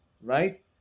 Right